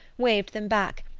waved them back,